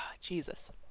Jesus